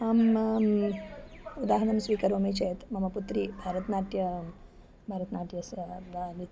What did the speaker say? उदाहरणं स्वीकरोमि चेत् मम पुत्री भरतनाट्यं भरतनाट्यस्य न नि